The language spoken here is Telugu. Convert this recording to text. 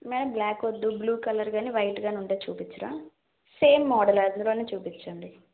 మేడం బ్లాక్ వద్దు బ్లూ కలర్ కాని వైట్ కాని ఉంటే చూపించరా సేమ్ మోడల్ అందులోనే చూపించండి